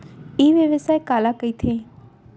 ई व्यवसाय काला कहिथे?